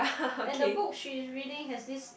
and the book she is reading has this